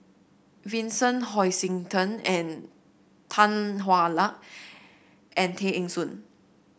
Vincent Hoisington and Tan Hwa Luck and Tay Eng Soon